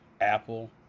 Apple